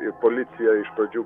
ir policija iš pradžių